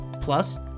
Plus